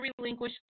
relinquish